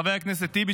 לחבר הכנסת טיבי,